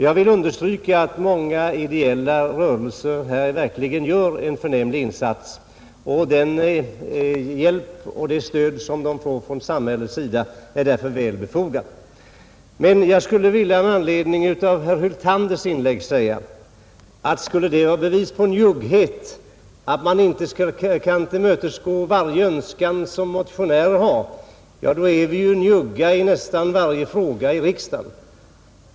Jag vill understryka att många ideella rörelser här verkligen gör en förnämlig insats, och den hjälp och det stöd som de får från samhällets sida är därför väl befogade. Men jag skulle med anledning av herr Hyltanders inlägg vilja säga, att skulle det vara bevis på njugghet att man inte kan tillmötesgå varje önskan motionärer har, då är vi ju njugga i nästan varje fråga som behandlas här i riksdagen.